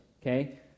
Okay